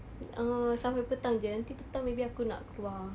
err sampai petang jer nanti petang maybe aku nak keluar